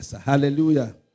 Hallelujah